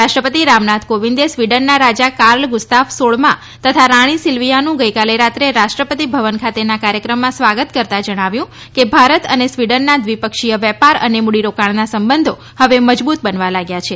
રાષ્ટ્રપતિ રામનાથ કોવિંદે સ્વીડનના રાજા કાર્લ ગુસ્તાફ સોળમાં તથા રાણી સીલ્વીયાનું ગઇકાલે રાત્રે રાષ્ટ્રપતિ ભવન ખાતેના કાર્યક્રમમાં સ્વાગત કરતા જણાવ્યું છે કે ભારત અને સ્વીડનના દ્વિપક્ષીય વેપાર અને મુડીરોકાણના સંબંધો હવે મજબુત બનવા લાગ્યા છે